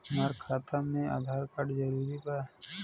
हमार खाता में आधार कार्ड जरूरी बा?